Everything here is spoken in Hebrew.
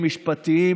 משפטיים,